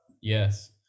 yes